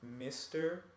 Mr